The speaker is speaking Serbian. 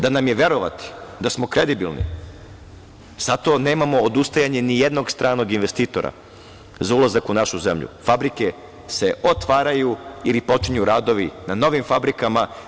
Da nam je verovati da smo kredibilni zato nemamo odustajanje ni jednog stranog investitora za ulazak u našu zemlju, fabrike se otvaraju, ili počinju radovi na novim fabrikama.